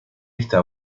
está